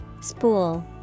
Spool